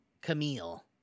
Camille